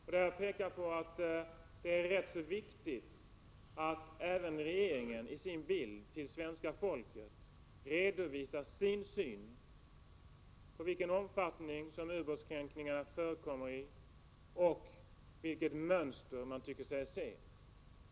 Jag vill framhålla att det är rätt så viktigt att även regeringen för svenska folket redovisar sin syn på i vilken omfattning ubåtskränkningarna förekommer och vilket mönster man tycker sig se.